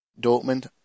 Dortmund